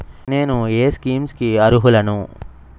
నేను ఏ స్కీమ్స్ కి అరుహులను?